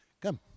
Come